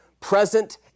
present